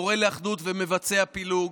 קורא לאחדות ומבצע פילוג.